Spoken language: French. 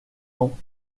ans